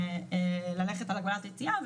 ביום